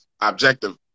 objective